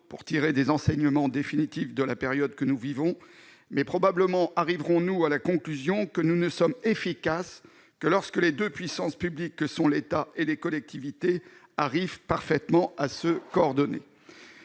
pour tirer des enseignements définitifs de la période que nous vivons, mais probablement arriverons-nous à la conclusion que nous ne sommes efficaces que lorsque les deux puissances publiques que sont l'État et les collectivités se coordonnent parfaitement. Certains